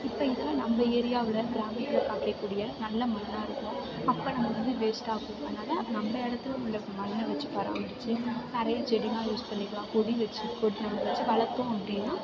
இப்போ இப்போ நம்ம ஏரியாவில் கிராமத்தில் காய்க்கக்கூடிய நல்ல மண்ணாக இருக்கணும் அப்போ நமக்கு வந்து வேஸ்ட்டாகும் அதனால் நம்ம இடத்துல உள்ள மண்ணை வச்சு பராமரித்து நிறைய செடிக்கெல்லாம் யூஸ் பண்ணிக்கலாம் கொடி வச்சு கொடி அதில் வச்சு வளர்த்தோம் அப்படின்னா